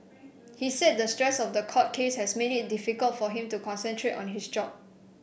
he said the stress of the court case has made it difficult for him to concentrate on his job